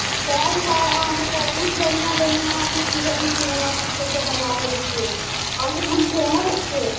सब बार अहाँकेँ बहूत बढ़िआ बढ़िआँ अथी चीज अथी सिनेमा पिक्चर सब बनाबैत छियै अहाँ एकदम फेमस छियै